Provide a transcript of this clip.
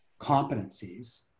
competencies